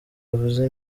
avuze